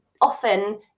often